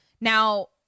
Now